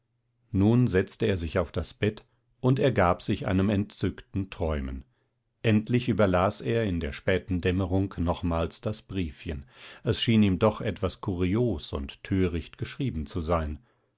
nun setzte er sich auf das bett und ergab sich einem entzückten träumen endlich überlas er in der späten dämmerung nochmals das briefchen es schien ihm doch etwas kurios und töricht geschrieben zu sein